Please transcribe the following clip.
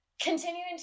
continuing